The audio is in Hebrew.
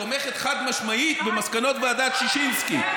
תומכת חד-משמעית במסקנות ועדת ששינסקי.